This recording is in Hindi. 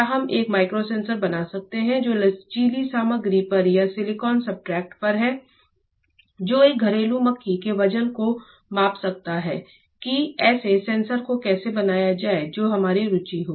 क्या हम एक माइक्रो सेंसर बना सकते हैं जो लचीली सामग्री पर या सिलिकॉन सब्सट्रेट पर है जो एक घरेलू मक्खी के वजन को माप सकता है कि ऐसे सेंसर को कैसे बनाया जाए जो हमारी रुचि हो